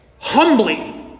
humbly